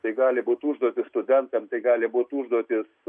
tai gali būt užduotys studentam tai gali būt užduotys